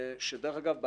דרך אגב,